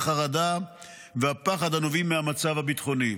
החרדה והפחד הנובעים מהמצב הביטחוני,